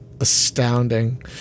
astounding